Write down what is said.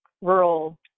rural